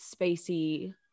spacey